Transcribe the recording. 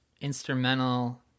instrumental